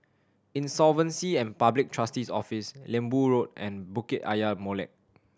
Insolvency and Public Trustee's Office Lembu Road and Bukit Ayer Molek